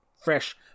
fresh